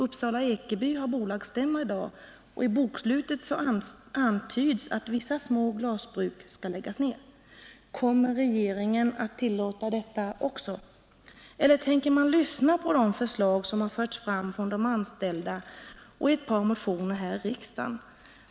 Uppsala-Ekeby har bolagsstämma i dag, och i bokslutet antyds att vissa små glasbruk skall läggas ned. Kommer regeringen att tillåta detta också? Eller tänker man lyssna på de förslag som har förts fram från de anställda och i ett par motioner här i riksdagen?